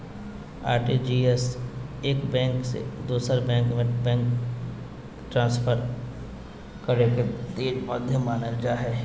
RTGS एक bank से दोसर बैंक में फंड ट्रांसफर करे के तेज माध्यम मानल जा हय